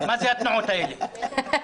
מה זה התנועות האלה?